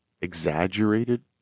exaggerated